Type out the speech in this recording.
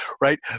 right